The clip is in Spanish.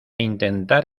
intentar